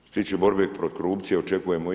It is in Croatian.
Što se tiče borbe protiv korupcije, očekujemo i to.